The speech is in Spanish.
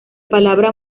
palabra